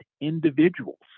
individuals